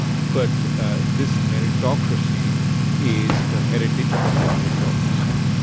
but ah this meritocracy is a hereditary meritocracy.